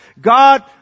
God